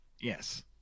Yes